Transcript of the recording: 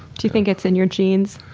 do you think it's in your genes?